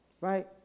right